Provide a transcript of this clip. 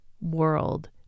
world